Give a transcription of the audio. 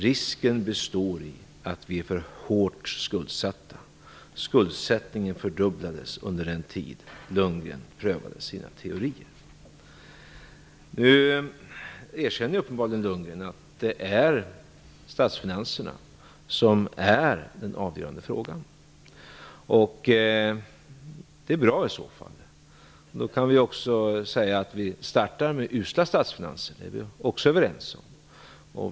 Risken består i att vi är för hårt skuldsatta. Skuldsättningen fördubblades under den tid som Lundgren prövade sina teorier. Nu erkänner uppenbarligen Lundgren att det är statsfinanserna som är den avgörande frågan. Det är bra, i så fall. Då kan vi säga att vi startar med usla statsfinanser. Det är vi också överens om.